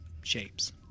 shapes